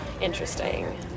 Interesting